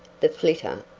the flitter,